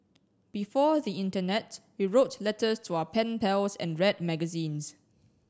before the internet we wrote letters to our pen pals and read magazines